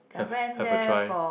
have have a try